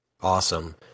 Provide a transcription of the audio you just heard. Awesome